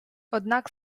однак